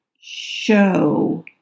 show